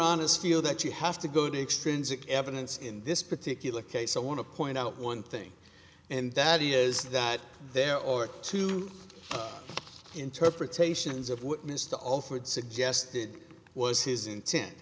honest feel that you have to go to extremes of evidence in this particular case i want to point out one thing and daddy is that there or two interpretations of what mr offered suggested was his intent